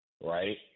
right